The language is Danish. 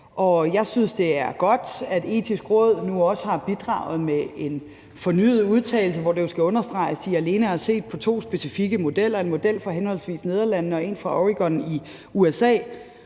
jeg synes, det er godt, at Det Etiske Råd nu også har bidraget med en fornyet udtalelse – og her skal det jo skal understreges, at de alene har set på to specifikke modeller for henholdsvis Nederlandene og Oregon i USA